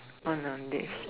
on on this